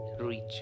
reach